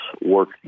work